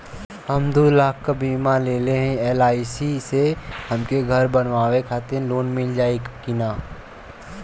हम दूलाख क बीमा लेले हई एल.आई.सी से हमके घर बनवावे खातिर लोन मिल जाई कि ना?